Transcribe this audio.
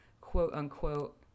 quote-unquote